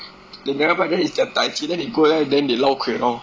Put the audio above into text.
they never buy then is their taiji then they go there then they laokui lor